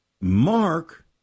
Mark